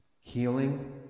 healing